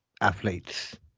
athletes